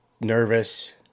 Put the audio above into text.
Nervous